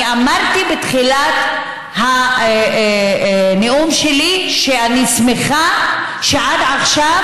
אני אמרתי בתחילת הנאום שלי שאני שמחה שעד עכשיו,